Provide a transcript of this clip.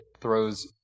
throws